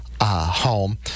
Home